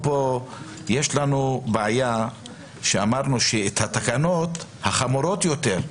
פה יש לנו בעיה שאמרנו שהתקנות החמורות יותר,